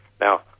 Now